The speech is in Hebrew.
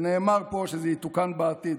נאמר פה שזה יתוקן בעתיד.